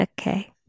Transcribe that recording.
Okay